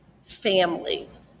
families